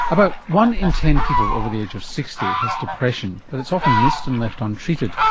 about one in ten people over the age of sixty has depression, but it's often missed and left untreated,